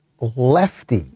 lefty